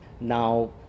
now